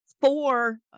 four